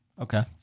Okay